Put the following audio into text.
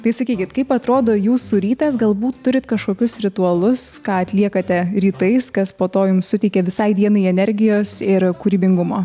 tai sakykit kaip atrodo jūsų rytas galbūt turit kažkokius ritualus ką atliekate rytais kas po to jums suteikia visai dienai energijos ir kūrybingumo